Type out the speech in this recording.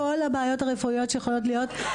כל הבעיות הרפואיות שיכולות להיות,